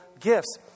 gifts